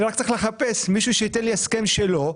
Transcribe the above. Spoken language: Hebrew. רק צריך לחפש מישהו שייתן לי הסכם שלו,